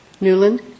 Newland